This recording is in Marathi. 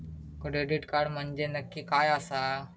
क्रेडिट कार्ड म्हंजे नक्की काय आसा?